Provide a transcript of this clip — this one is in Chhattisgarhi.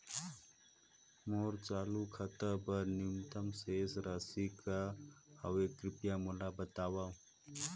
मोर चालू खाता बर न्यूनतम शेष राशि का हवे, कृपया मोला बतावव